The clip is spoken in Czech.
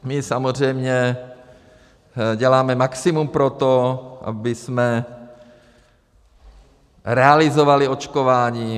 My samozřejmě děláme maximum pro to, abychom realizovali očkování.